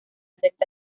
sexta